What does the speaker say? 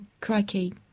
crikey